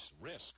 risk